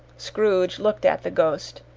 scrooge looked at the ghost,